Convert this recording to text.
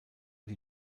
die